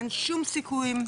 אין שום סיכויים,